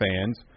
fans